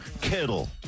Kittle